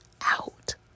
out